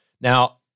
Now